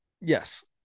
yes